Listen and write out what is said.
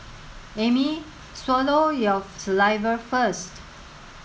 Amy swallow your saliva first